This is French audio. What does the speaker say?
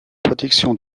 protection